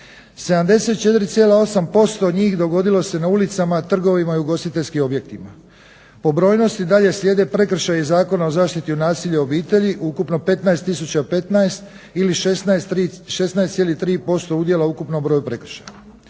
74,8% njih dogodilo se na ulicama, trgovima i ugostiteljskim objektima. Po brojnosti dalje slijede prekršaji iz Zakona o zaštiti od nasilja u obitelji ukupno 15015 ili 16,3% udjela u ukupnom broju prekršaja.